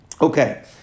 Okay